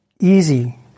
easy